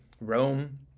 Rome